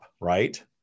right